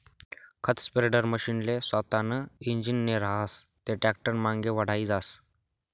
खत स्प्रेडरमशीनले सोतानं इंजीन नै रहास ते टॅक्टरनामांगे वढाई जास